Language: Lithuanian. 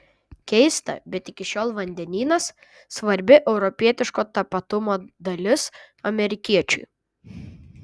keista bet iki šiol vandenynas svarbi europietiško tapatumo dalis amerikiečiui